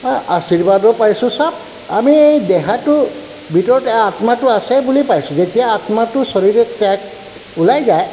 হাঁ আশীৰ্বাদো পাইছোঁ চব আমি এই দেহাটো ভিতৰতে আত্মাটো আছে বুলি পাইছোঁ যেতিয়া আত্মাটো শৰীৰে ত্যাগ ওলাই যায়